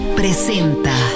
presenta